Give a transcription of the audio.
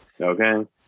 Okay